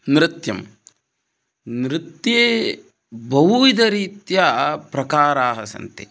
नृत्यं नृत्ये बहुविधरीत्या प्रकाराः सन्ति